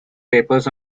papers